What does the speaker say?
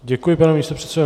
Děkuji, pane místopředsedo.